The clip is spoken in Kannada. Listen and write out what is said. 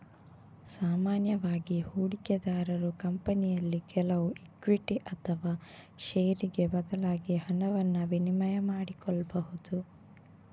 ಸಾಮಾನ್ಯವಾಗಿ ಹೂಡಿಕೆದಾರರು ಕಂಪನಿಯಲ್ಲಿ ಕೆಲವು ಇಕ್ವಿಟಿ ಅಥವಾ ಷೇರಿಗೆ ಬದಲಾಗಿ ಹಣವನ್ನ ವಿನಿಮಯ ಮಾಡಿಕೊಳ್ಬಹುದು